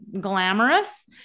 glamorous